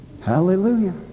Hallelujah